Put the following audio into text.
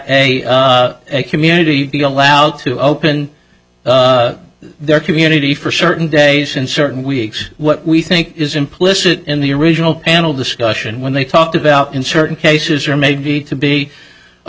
a community be allowed to open their community for certain days and certain weeks what we think is implicit in the original panel discussion when they talked about in certain cases or maybe to be a